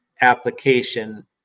application